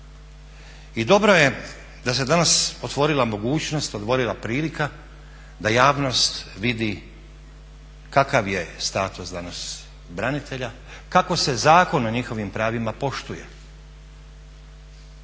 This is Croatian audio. I dobro je da se danas otvorila mogućnost, otvorila prilika da javnost vidi kakav je status danas branitelja, kako se zakon o njihovim pravima poštuje,